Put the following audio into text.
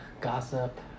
Gossip